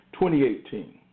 2018